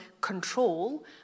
control